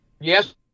yes